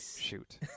Shoot